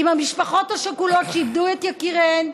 עם המשפחות השכולות שאיבדו את יקיריהן.